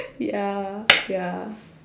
ya ya